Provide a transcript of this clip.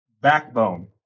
backbone